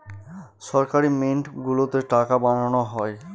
সরকারি মিন্ট গুলোতে টাকা বানানো হয়